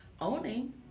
owning